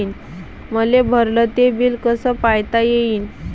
मले भरल ते बिल कस पायता येईन?